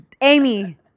Amy